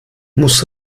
muss